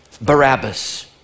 barabbas